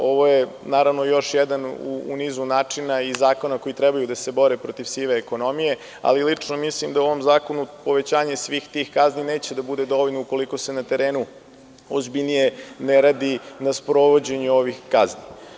Ovo je još jedan u nizu načina i zakona koji treba da se bore protiv sive ekonomije, ali lično mislim da u ovom zakonu povećanje svih tih kazni neće da bude dovoljno ukoliko se na terenu ozbiljnije ne radi na sprovođenju ovih kazni.